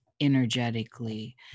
energetically